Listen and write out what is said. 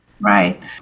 Right